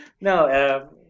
no